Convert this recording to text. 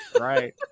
Right